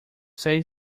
say